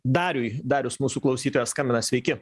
dariui darius mūsų klausytojas skambina sveiki